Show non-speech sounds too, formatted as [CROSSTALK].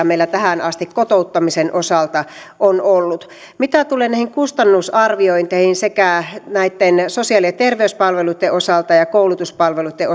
[UNINTELLIGIBLE] meillä tähän asti kotouttamisen osalta on ollut mitä tulee näitten kustannusarviointien sekä näitten sosiaali ja terveyspalveluitten osalta ja koulutuspalveluitten [UNINTELLIGIBLE]